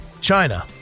China